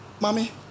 mommy